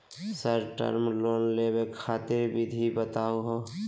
Short term loan लेवे खातीर विधि बताहु हो?